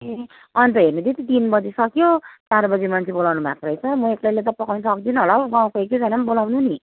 ए अनि त हेर्नु दिदी तिन बजिसक्यो चार बजे मान्छे बोलाउनुभएको रहेछ म एक्लैले त पकाउनु सक्दिनँ होला हौ गाउँको एक दुईजना पनि बोलाउनु नि